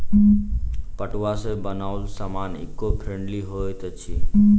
पटुआ सॅ बनाओल सामान ईको फ्रेंडली होइत अछि